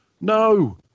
No